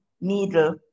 needle